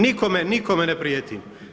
Nikome, nikome ne prijetim.